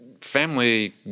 family